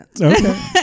Okay